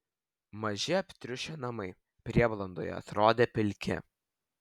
maži aptriušę namai prieblandoje atrodė pilki